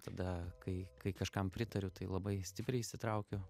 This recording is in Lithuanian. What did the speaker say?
tada kai kai kažkam pritariu tai labai stipriai įsitraukiu